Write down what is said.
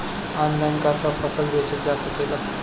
Online का सब फसल बेचल जा सकेला?